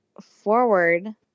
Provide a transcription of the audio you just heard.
forward